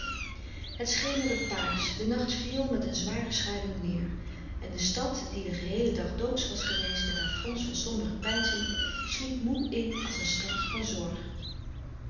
het schemerde paarsch de nacht viel met een zware schaduw neêr en de stad die den geheelen dag doodsch was geweest met haar louis couperus de stille kracht frons van sombere peinzing sliep moê in als een stad van zorg